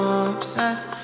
obsessed